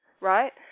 Right